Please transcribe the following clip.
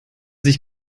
sich